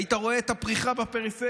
היית רואה את הפריחה בפריפריה.